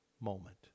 moment